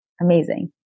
amazing